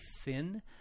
thin